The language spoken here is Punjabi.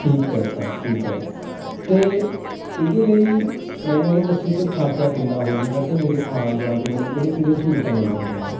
ਠੀਕ ਸਰ ਠੀਕ ਹ ਤੇ ਇਹਦੇ ਲਈ ਮੈਨੂੰ ਇਹ ਦੱਸਿਓ ਕਿ ਖਰਚਾ ਕਿੰਨਾ ਹੋ ਜਾਊਗਾ ਤੇ ਮੇਰੇ ਆਣ ਜਾਣ ਚੋ ਮੈਨੂੰ ਕਿਹੜੇ ਕਿਹੜੇ ਸਹੂਲਤਾਂ ਮਿਲਜੂਗੀਆਂ